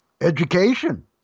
Education